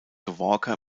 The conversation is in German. walker